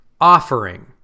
offering